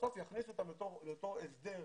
שבסוף יכניסו אותם לתוך ההסכם